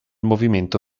movimento